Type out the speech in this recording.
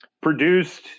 produced